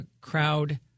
crowd